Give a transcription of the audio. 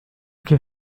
كيف